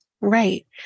Right